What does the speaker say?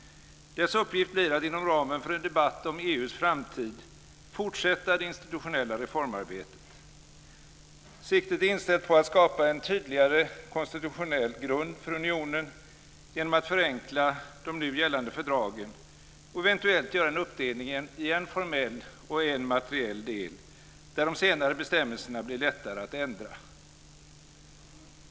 Dess uppgift blir att inom ramen för en debatt om EU:s framtid fortsätta det institutionella reformarbetet. Siktet är inställt på att skapa en tydligare konstitutionell grund för unionen genom att förenkla de nu gällande fördragen och eventuellt göra en uppdelning i en formell och en materiell del, där de senare bestämmelserna blir lättare att ändra.